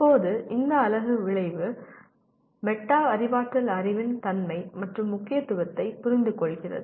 இப்போது இந்த அலகு விளைவு மெட்டா அறிவாற்றல் அறிவின் தன்மை மற்றும் முக்கியத்துவத்தைப் புரிந்துகொள்கிறது